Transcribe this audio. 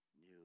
new